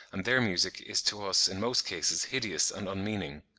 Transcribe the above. and their music is to us in most cases hideous and unmeaning.